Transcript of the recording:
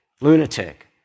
lunatic